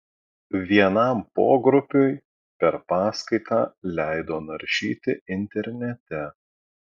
vienam pogrupiui per paskaitą leido naršyti internete